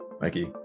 Mikey